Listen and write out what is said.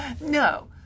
No